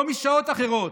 לא משעות אחרות,